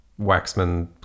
waxman